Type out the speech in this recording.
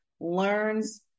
learns